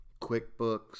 QuickBooks